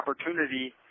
opportunity